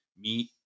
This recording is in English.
meet